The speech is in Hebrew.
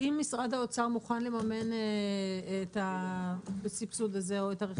אם משרד האוצר מומן לממן את הסבסוד הזה או את הרכישה הזאת.